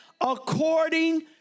according